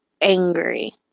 angry